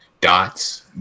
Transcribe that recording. dots